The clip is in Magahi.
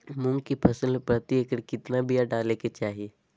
मूंग की फसल में प्रति एकड़ कितना बिया डाले के चाही?